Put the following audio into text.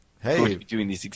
Hey